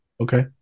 Okay